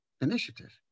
initiative